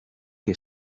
que